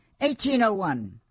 1801